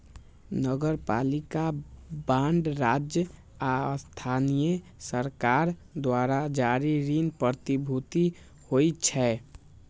नगरपालिका बांड राज्य आ स्थानीय सरकार द्वारा जारी ऋण प्रतिभूति होइ छै